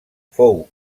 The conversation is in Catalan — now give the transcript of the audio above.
fou